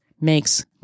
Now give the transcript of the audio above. makes